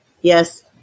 Yes